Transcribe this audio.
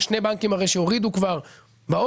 יש שני בנקים הרי שהורידו כבר בעו"ש,